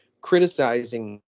criticizing